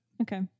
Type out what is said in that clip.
Okay